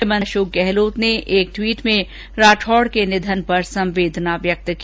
मुख्यमंत्री अशोक गहलोत ने एक ट्वीट में राठौड़ के निधन पर संवेदना व्यक्त की